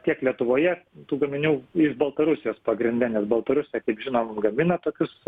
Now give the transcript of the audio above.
tiek lietuvoje tų gaminių iš baltarusijos pagrinde nes baltarusija kaip žinom gamina tokius